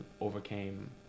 overcame